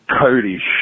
Cody